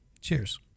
Cheers